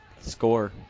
score